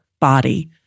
body